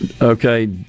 Okay